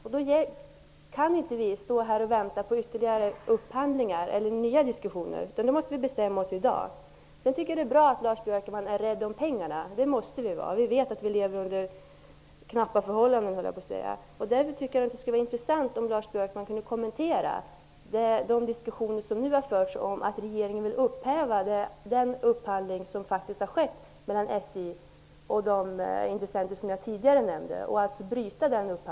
Vi kan därför inte vänta på ytterligare upphandlingar eller nya diskussioner, utan vi måste bestämma oss i dag. Det är bra att Lars Björkman är rädd om pengarna -- det måste vi vara. Vi vet att vi lever under knappa förhållanden, och därför skulle det vara intressant om Lars Björkman ville kommentera de diskussioner som nu har förts om att regeringen vill låta den upphandling som faktiskt har skett mellan SJ och de intressenter som jag tidigare nämnde gå tillbaka.